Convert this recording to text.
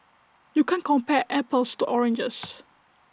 you can't compare apples to oranges